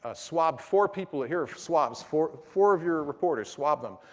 ah swab four people. here are swabs. four four of your reporters, swab them.